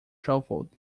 shuffled